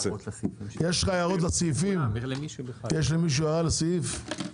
יש למישהו הערות לסעיף?